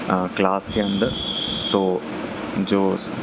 ہاں کلاس کے اندر تو جو